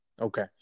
Okay